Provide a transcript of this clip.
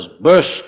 burst